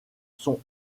sont